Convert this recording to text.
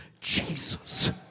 Jesus